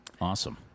Awesome